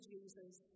Jesus